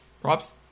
props